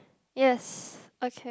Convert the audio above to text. yes okay